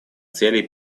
целей